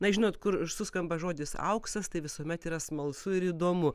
na žinot kur suskamba žodis auksas tai visuomet yra smalsu ir įdomu